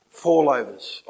fallovers